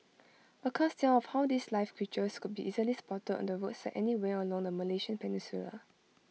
accounts tell of how these live creatures could be easily spotted on the roadside anywhere along the Malaysian peninsula